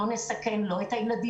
לא נסכן לא את הילדים,